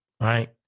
right